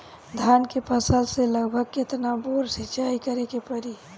धान के फसल मे लगभग केतना बेर सिचाई करे के चाही?